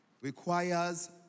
requires